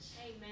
Amen